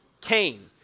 Cain